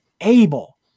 able